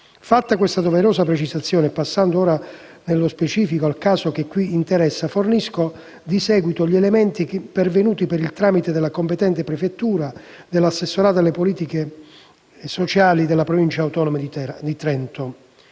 Fatta questa doverosa precisazione e passando nello specifico al caso che qui interessa, fornisco, di seguito, gli elementi pervenuti, per il tramite della competente prefettura, dall'assessorato alla salute e politiche sociali della Provincia autonoma di Trento.